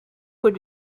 would